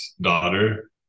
daughter